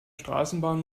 straßenbahn